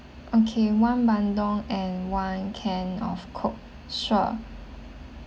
okay one bandung and one can of coke sure